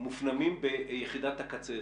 מופנמים ביחידת הקצה.